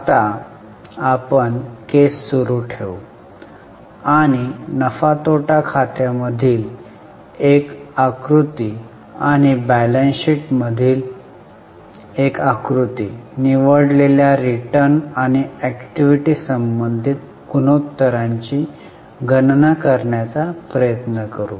आता आपण केस सुरू ठेवू आणि नफा तोटा खाते मधील एक आकृती आणि बॅलन्स शीट मध्येील एक आकृती निवडलेल्या रिटर्न आणि अॅक्टिव्हिटी संबंधित गुणोत्तरांची गणना करण्याचा प्रयत्न करू